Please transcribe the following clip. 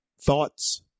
thoughts